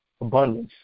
abundance